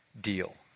deal